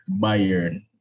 Bayern